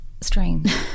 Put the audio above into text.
strange